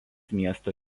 miesto